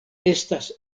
estas